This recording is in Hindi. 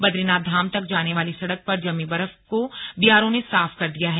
बदरीनाथ धाम तक जाने वाली सड़क पर जमी बर्फ को बीआरओ ने साफ कर दिया है